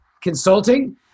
Consulting